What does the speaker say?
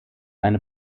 eine